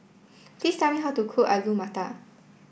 please song how to cook Alu Matar